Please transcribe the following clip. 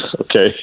Okay